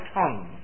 tongue